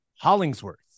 Hollingsworth